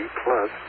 plus